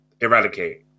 eradicate